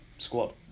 squad